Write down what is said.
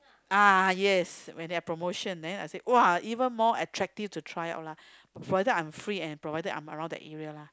ah yes when there're promotions then I said !wah! even more attractive to try out lah for either I'm free and provided I'm around that area lah